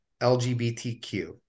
LGBTQ